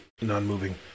non-moving